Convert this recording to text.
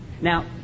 Now